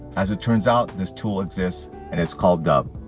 as it turns out this tool exists and it's called dubb.